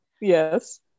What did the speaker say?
yes